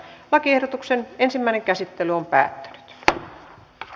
lakiehdotuksen ensimmäinen käsittely päättyi